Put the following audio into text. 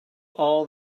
all